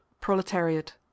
proletariat